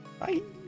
bye